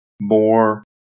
more